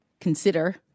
consider